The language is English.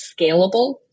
scalable